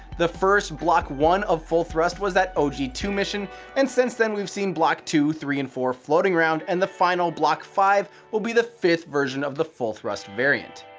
the first block one of full thrust was that o g two mission and since then we've seen two, three, and four floating around and the final block five will be the fifth version of the full thrust variant.